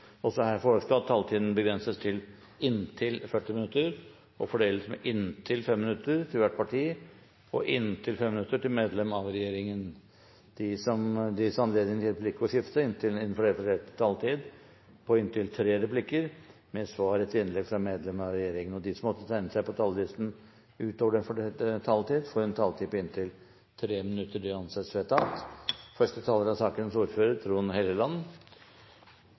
også på jernbanestasjoner? Flere har ikke bedt om ordet til sak nr. 14. Etter ønske fra transport- og kommunikasjonskomiteen vil presidenten foreslå at taletiden begrenses til 40 minutter og fordeles med inntil 5 minutter til hvert parti og inntil 5 minutter til medlem av regjeringen. Videre vil presidenten foreslå at det gis anledning til replikkordskifte på inntil tre replikker med svar etter innlegg fra medlem av regjeringen innenfor den fordelte taletid. Videre blir det foreslått at de som måtte tegne seg på talerlisten utover den fordelte taletid, får en